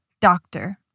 doctor